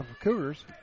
Cougars